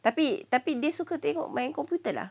tapi tapi dia suka dia suka tengok my computer ah